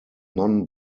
non